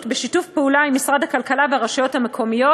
בשיתוף פעולה עם משרד הכלכלה והרשויות המקומיות.